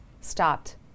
stopped